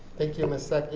thank you, ms.